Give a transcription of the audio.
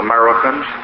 Americans